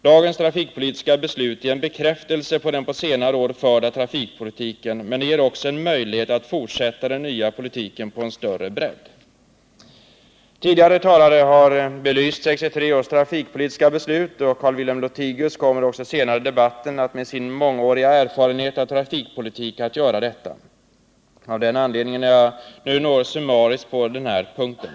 Dagens trafikpolitiska beslut är en bekräftelse på den på senare år förda trafikpolitiken, men det ger också en möjlighet att fortsätta den nya politiken med större bredd. Tidigare talare har belyst 1963 års trafikpolitiska beslut, och Carl-Wilhelm Lothigius kommer också senare i debatten att med sin mångåriga erfarenhet av trafikpolitik göra detta. Av den anledningen är jag nu något summarisk på den punkten.